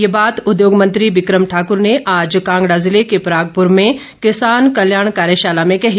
ये बात उद्योग मंत्री बिक्रम ठाकूर ने आज कांगड़ा जिले के परागपुर में किसान कल्याण कार्यशाला में कही